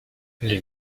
les